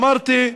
אמרתי,